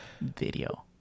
video